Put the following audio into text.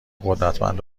قدرتمند